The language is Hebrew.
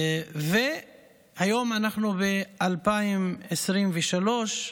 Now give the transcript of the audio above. והיום אנחנו ב-2023,